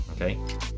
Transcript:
okay